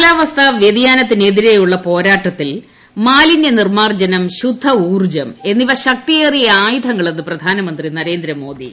കാലാവസ്ഥാ വൃതിയാനത്തിനെതിരെയുള്ള പോരാട്ടത്തിൽ മാലിന്യനിർമ്മാർജ്ജനം ശുദ്ധ ഊൌർജ്ജം എന്നിവ ശക്തിയേറിയ ആയുധങ്ങളെന്ന് പ്രധാനമന്ത്രി നരേന്ദ്രമോദി